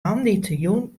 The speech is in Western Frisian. moandeitejûn